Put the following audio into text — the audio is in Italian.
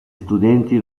studenti